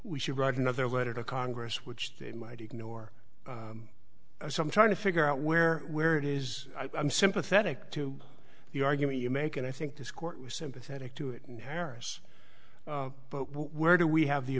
we should write another letter to congress which they might ignore some trying to figure out where where it is i'm sympathetic to the argument you make and i think this court was sympathetic to it harris where do we have the